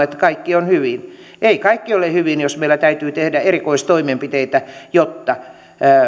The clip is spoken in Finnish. että kaikki on hyvin ei kaikki ole hyvin jos meillä täytyy tehdä erikoistoimenpiteitä jotta